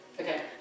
okay